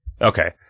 Okay